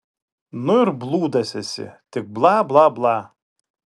nu ir blūdas esi tik bla bla bla